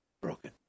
broken